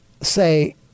say